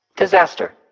disaster,